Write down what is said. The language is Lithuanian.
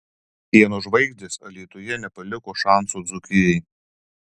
pieno žvaigždės alytuje nepaliko šansų dzūkijai